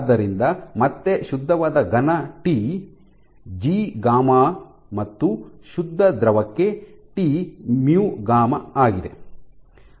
ಆದ್ದರಿಂದ ಮತ್ತೆ ಶುದ್ಧವಾದ ಘನ T G gamma T G γ ಮತ್ತು ಶುದ್ಧ ದ್ರವಕ್ಕೆ ಟಿ ಮ್ಯೂ ಗಾಮಾ∙ T μγ∙